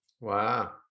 Wow